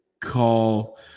call